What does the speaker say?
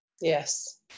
yes